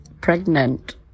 pregnant